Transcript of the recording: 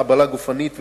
חבלה גופנית ואיומים,